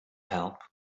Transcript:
help